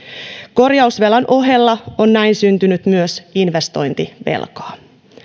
korjausvelan ohella on näin syntynyt myös investointivelkaa